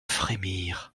frémir